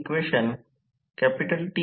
Re 1 समान आहे